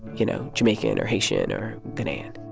you know, jamaican or haitian or ghanaian